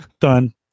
Done